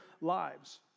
lives